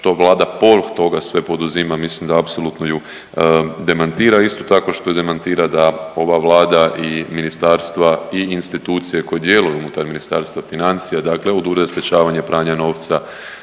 što Vlada povrh toga sve poduzima, mislim da apsolutno ju demantira. Isto tako što i demantira da ova Vlada, i ministarstva i institucije koje djeluju unutar Ministarstva financija dakle od Ureda za sprječavanje pranja novca,